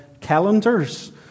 calendars